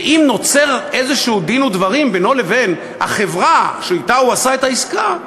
ואם נוצר איזשהו דין ודברים בינו לבין החברה שאתה הוא עשה את העסקה,